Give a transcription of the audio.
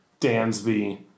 Dansby